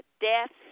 deaths